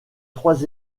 trois